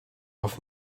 off